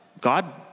God